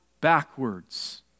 backwards